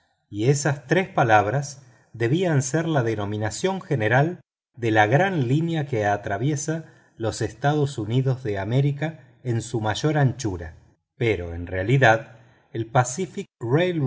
y esas tres palabras debían ser la denominación general de la gran línea que atraviesa los estados unidos de américa en su mayor anchura pero en realidad el pacific